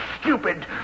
stupid